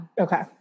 okay